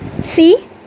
see